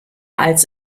als